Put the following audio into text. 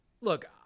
look